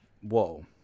Whoa